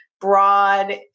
broad